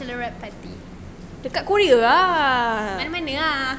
mana-mana ah aku nak dua-dua